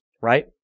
right